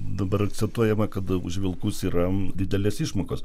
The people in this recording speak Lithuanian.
dabar akcentuojama kad už vilkus yra didelės išmokos